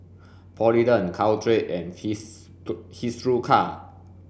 Polident Caltrate and Hiruscar